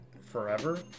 forever